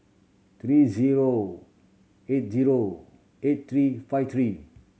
three zero eight zero eight three five three